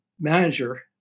manager